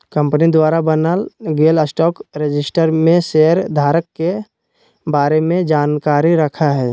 company द्वारा बनाल गेल स्टॉक रजिस्टर में शेयर धारक के बारे में जानकारी रखय हइ